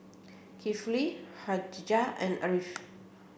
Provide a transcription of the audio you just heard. Kifli Khadija and Ariff